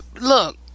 Look